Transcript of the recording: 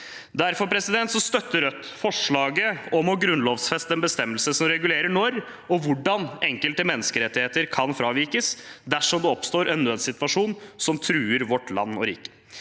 Derfor støtter Rødt forslaget om å grunnlovfeste en bestemmelse som regulerer når og hvordan enkelte menneskerettigheter kan fravikes dersom det oppstår en nødssituasjon som truer vårt land og rike.